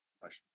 question